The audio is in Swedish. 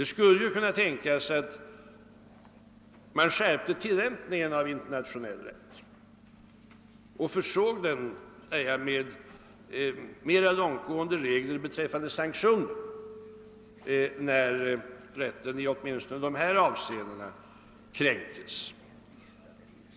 Man skulle ju kunna tänka sig att skärpa tillämpningen av den internationella rätten och att förse den med mera långtgående regler beträffande sanktioner åtminstone i sådana fall där rätten kränks i de avseenden jag nämnt.